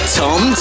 tom